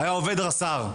היה עובד רס"ר.